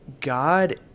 god